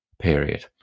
period